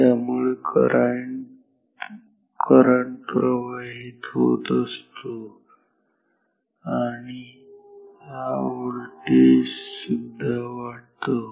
त्यामुळे करंट प्रवाहित होत असतो आणि आणि हा व्होल्टेज वाटतो